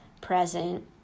present